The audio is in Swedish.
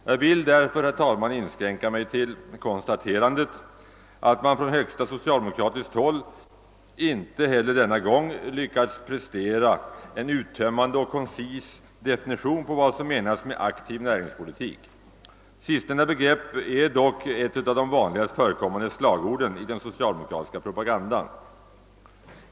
Jag skall inskränka mig till konstaterandet att man på högsta socialdemokratiska håll inte heller denna gång lyckats prestera en uttömmande och koncis definition av vad som menas med aktiv näringspolitik. Sistnämnda begrepp är dock ett av de vanligaste slagorden i den socialdemokratiska propagandan.